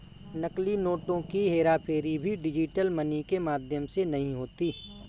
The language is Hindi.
नकली नोटों की हेराफेरी भी डिजिटल मनी के माध्यम से नहीं होती